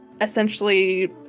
essentially